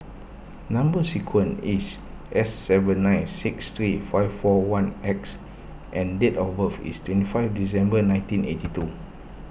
Number Sequence is S seven nine six three five four one X and date of birth is twenty five December nineteen eighty two